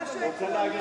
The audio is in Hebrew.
זה משהו עקרוני,